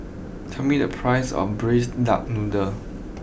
tell me the price of Braised Duck Noodle